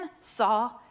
saw